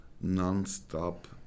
non-stop